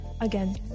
again